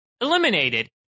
eliminated